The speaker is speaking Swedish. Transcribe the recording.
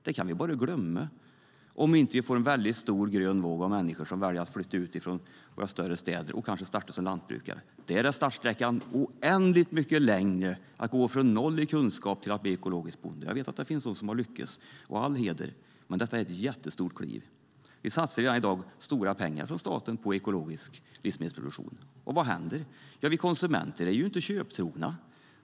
Det kan vi bara glömma, om vi nu inte får en väldigt stor grön våg av människor som väljer att flytta ut från våra större städer och kanske starta som lantbrukare. Startsträckan är oändligt mycket längre om man ska gå från noll i kunskap till att bli ekologisk bonde. Jag vet att det finns de som har lyckats - all heder åt dem - men det är ett jättestort kliv. Vi satsar i dag stora pengar från staten på ekologisk livsmedelsproduktion, och vad händer? Jo, vi konsumenter är inte köptrogna.